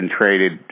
traded